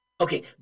okay